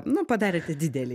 nu padarėte didelį